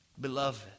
beloved